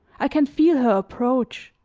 i can feel her approach.